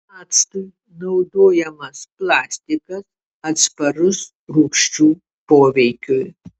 actui naudojamas plastikas atsparus rūgščių poveikiui